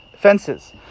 fences